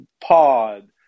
pod